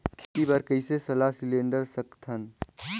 खेती बर कइसे सलाह सिलेंडर सकथन?